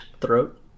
throat